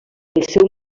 seu